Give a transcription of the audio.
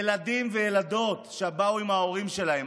ילדים וילדות שבאו עם ההורים שלהם.